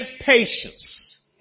patience